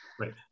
Right